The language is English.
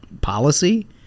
policy